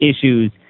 issues